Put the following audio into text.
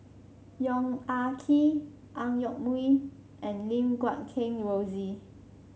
Yong Ah Kee Ang Yoke Mooi and Lim Guat Kheng Rosie